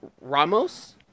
Ramos-